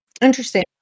Interesting